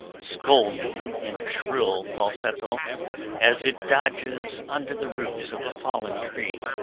scolding in a shrill falsetto as it dodges under the roots of a fallen tree,